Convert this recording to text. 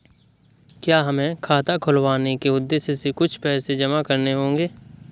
क्या हमें खाता खुलवाने के उद्देश्य से कुछ पैसे जमा करने होंगे?